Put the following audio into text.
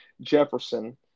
Jefferson